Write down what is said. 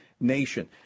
nation